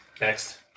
Next